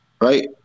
Right